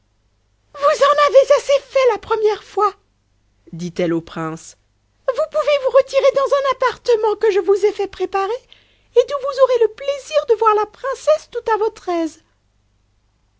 vous en avez assez fait la première fois dit-elle au prince vous pouvez vous retirer dans un appartement que je vous ai fait préparer et d'où vous aurez le plaisir de voir la princesse tout à votre aise